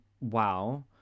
wow